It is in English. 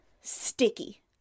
sticky